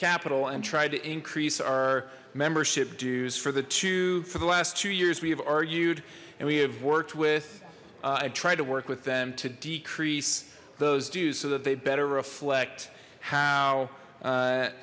capitol and tried to increase our membership dues for the for the last two years we have argued and we have worked with i try to work with them to decrease those dues so that they better reflect how